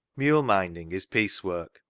mule-minding is piecework,